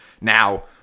now